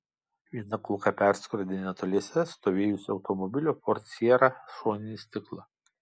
viena kulka perskrodė netoliese stovėjusio automobilio ford sierra šoninį stiklą